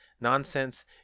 nonsense